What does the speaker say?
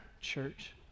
church